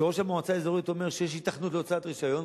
כשראש המועצה האזורית אומר שיש היתכנות להוצאת רשיון,